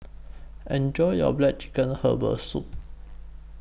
Enjoy your Black Chicken Herbal Soup